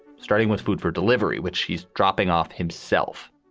starting with food for delivery, which he's dropping off himself.